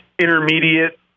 intermediate